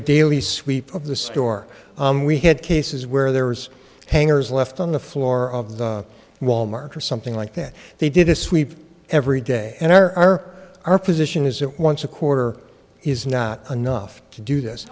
a daily sweep of the store we had cases where there hangers left on the floor of the wal mart or something like that they did a sweep every day and our our position is that once a quarter is not enough to do this